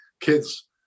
kids